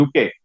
UK